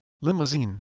limousine